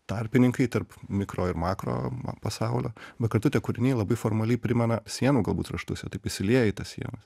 tarpininkai tarp mikro ir makro pasaulio bet kartu tie kūriniai labai formaliai primena sienų galbūt raštus taip įsilieja į tas sienas